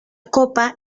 copa